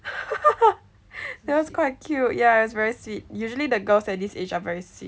that was quite cute ya is very sweet usually the girls at this age are very sweet